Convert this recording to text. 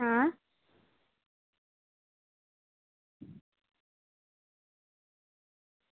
હા